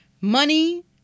money